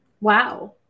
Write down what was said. Wow